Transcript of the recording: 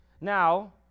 Now